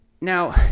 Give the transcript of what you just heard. Now